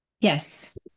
Yes